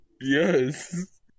Yes